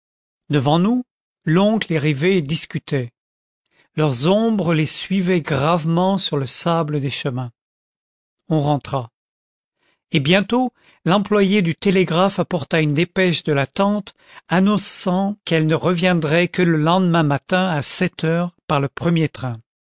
devant nous l'oncle et rivet discutaient leurs ombres les suivaient gravement sur le sable des chemins on rentra et bientôt l'employé du télégraphe apporta une dépêche de la tante annonçant qu'elle ne reviendrait que le lendemain matin à sept heures par le premier train